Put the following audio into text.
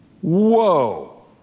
Whoa